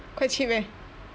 quite cheap eh